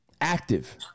Active